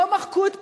לא מחקו את פניה,